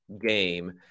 game